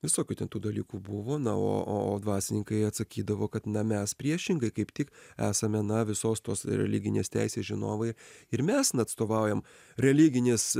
visokių ten tų dalykų buvo na o o dvasininkai atsakydavo kad na mes priešingai kaip tik esame na visos tos religinės teisės žinovai ir mes na atstovaujam religinės